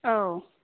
औ